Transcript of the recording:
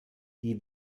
die